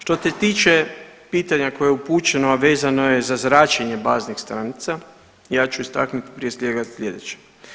Što se tiče pitanja koje je upućeno, a vezano je za zračenje baznih stanica, ja ću istaknuti prije svega slijedeće.